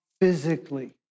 physically